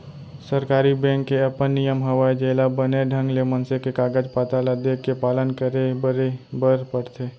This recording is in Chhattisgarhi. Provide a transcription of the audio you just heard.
सरकारी बेंक के अपन नियम हवय जेला बने ढंग ले मनसे के कागज पातर ल देखके पालन करे बरे बर परथे